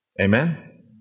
Amen